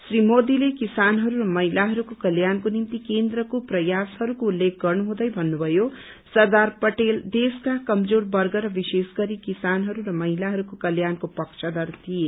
श्री मोदीले किसानहरू र महिलाहरूको कल्याणको निम्ति केन्द्रको प्रयासहरूको उल्लेख गर्नुहँदै भन्नुभयो सरदार पटेल देशका कमजोर वर्ग र विशेष गरी किसानहरू र महिलाहरूको कल्याणको पक्षधर थिए